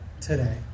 today